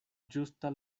ĝusta